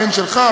הבן שלך,